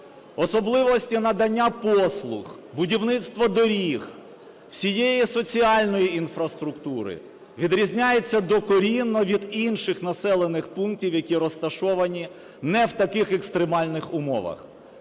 особливості надання послуг, будівництво доріг, всієї соціальної інфраструктури відрізняється докорінно від інших населених пунктів, які розташовані не в таких екстремальних умовах.